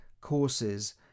courses